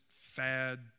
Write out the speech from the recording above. fad